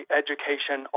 education